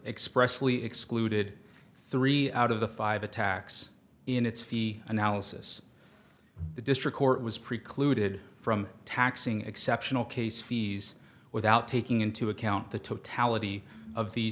expressly excluded three out of the five attacks in its fee analysis the district court was precluded from taxing exceptional case fees without taking into account the totality of the